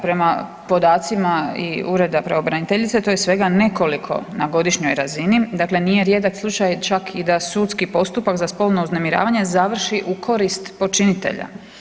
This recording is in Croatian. Prema podacima i ureda pravobraniteljice to je svega nekoliko na godišnjoj razini, dakle nije rijedak slučaj čak i da sudski postupak za spolno uznemiravanje završi u korist počinitelja.